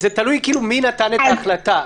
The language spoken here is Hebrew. זה תלוי כאילו מי נתן את ההחלטה.